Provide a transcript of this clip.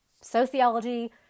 sociology